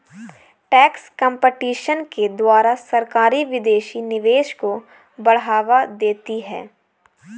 tax competition के द्वारा सरकारी विदेशी निवेश को बढ़ावा देती है